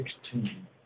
sixteen